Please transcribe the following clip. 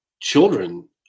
children